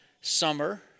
summer